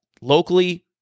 locally